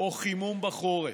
או חימום בחורף.